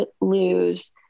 lose